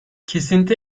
kesinti